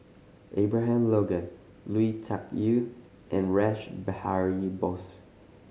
Abraham Logan Lui Tuck Yew and Rash Behari Bose